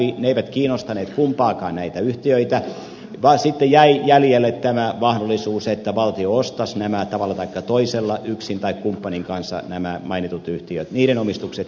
ne eivät kiinnostaneet kumpaakaan näitä yhtiötä ja sitten jäljelle jäi tämä mahdollisuus että valtio ostaisi tavalla taikka toisella yksin tai kumppanin kanssa nämä mainitut yhtiöt niiden omistukset fingridistä pois